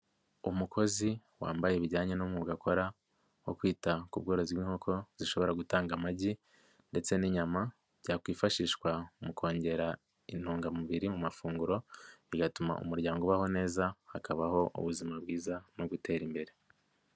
Umukozi wambaye ibijyanye n'umwuga ukora wo kwita ku bworozi bw'inkoko, zishobora gutanga amagi ndetse n'inyama, byakwifashishwa mu kongera intungamubiri mu mafunguro, bigatuma umuryango ubaho neza, hakabaho ubuzima bwiza no gutera imbere.